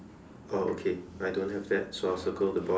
oh okay I don't have that so I will circle the boy